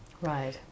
Right